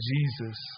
Jesus